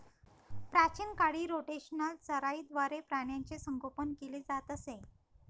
प्राचीन काळी रोटेशनल चराईद्वारे प्राण्यांचे संगोपन केले जात असे